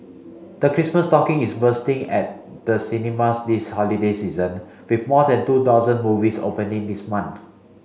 the Christmas stocking is bursting at the cinemas this holiday season with more than two dozen movies opening this month